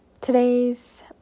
Today's